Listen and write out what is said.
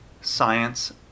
science